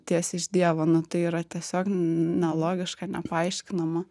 tiesiai iš dievo na tai yra tiesiog nelogiška nepaaiškinama